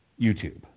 YouTube